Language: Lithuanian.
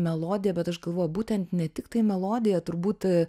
melodija bet aš galvoju būtent ne tiktai melodija turbūt